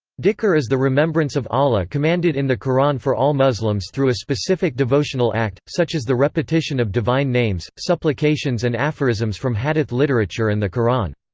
dhikr is the remembrance of allah commanded in the qur'an for all muslims through a specific devotional act, such as the repetition of divine names, supplications and aphorisms from hadith literature and the quran.